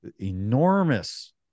enormous